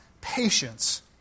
patience